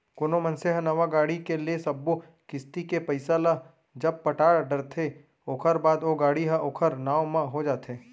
कोनो मनसे ह नवा गाड़ी के ले सब्बो किस्ती के पइसा ल जब पटा डरथे ओखर बाद ओ गाड़ी ह ओखर नांव म हो जाथे